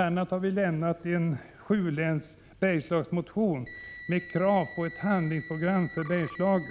a. har vi lämnat en sjulänsmotion om Bergslagen med krav på ett handlingsprogram för Bergslagen.